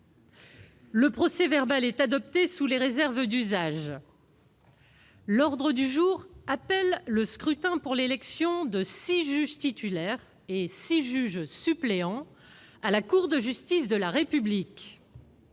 Le procès-verbal est adopté sous les réserves d'usage. L'ordre du jour appelle le scrutin pour l'élection de six juges titulaires et de six juges suppléants à la Cour de justice de la République.